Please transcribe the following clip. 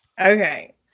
Okay